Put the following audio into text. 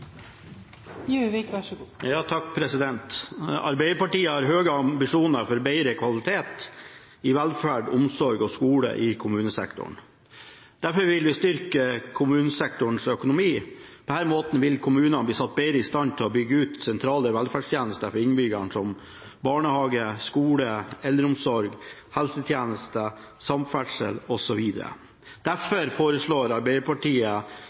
fin styreform, så lenge man ikke lar folket blande seg for mye opp i styringen.» Arbeiderpartiet har høye ambisjoner for bedre kvalitet i velferd, omsorg og skole i kommunesektoren. Derfor vil vi styrke kommunesektorens økonomi. På denne måten vil kommunene bli satt bedre i stand til å bygge ut sentrale velferdstjenester for innbyggerne, som barnehage, skole, eldreomsorg, helsetjenester, samferdsel